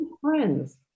friends